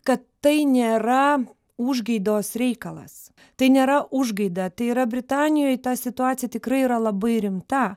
kad tai nėra užgaidos reikalas tai nėra užgaida tai yra britanijoj ta situacija tikrai yra labai rimta